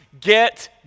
get